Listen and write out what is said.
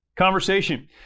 conversation